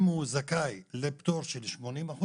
אם הוא זכאי לפטור של 80%,